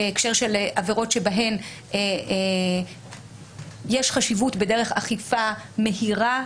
בהקשר של עבירות שבהן יש חשיבות בדרך אכיפה מהירה,